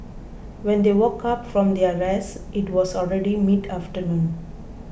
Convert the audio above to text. when they woke up from their rest it was already mid afternoon